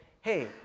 hey